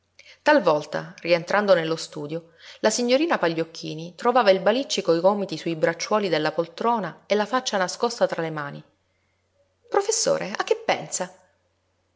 talvolta rientrando nello studio la signorina pagliocchini trovava il balicci coi gomiti su i bracciuoli della poltrona e la faccia nascosta tra le mani professore a che pensa